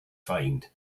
find